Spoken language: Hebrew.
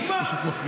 נגמר.